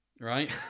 right